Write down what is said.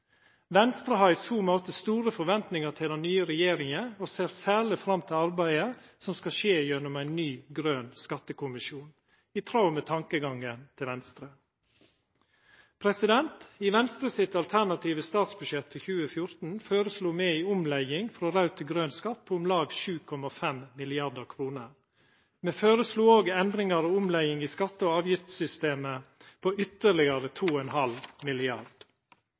Venstre har i så måte store forventningar til den nye regjeringa og ser særleg fram til arbeidet som skal skje gjennom ein ny grøn skattekommisjon – i tråd med tankegangen til Venstre. I Venstre sitt alternative statsbudsjett for 2014 føreslo me ei omlegging frå raud til grøn skatt på om lag 7,5 mrd. kr. Me føreslo òg endringar og ei omlegging i skatte- og avgiftssystemet på ytterlegare 2,5 mrd. kr. I tillegg til eit markant grønt skatteskifte føreslo Venstre to